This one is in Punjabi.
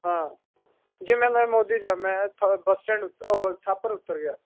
ਹਾਂ ਜਿਵੇਂ ਮੈਂ ਮੋਦੀ 'ਚ ਹਾਂ ਮੈਂ ਇੱਥੋਂ ਬੱਸ ਸਟੈਂਡ ਉ ਥਾਪਰ ਉਤਰ ਗਿਆ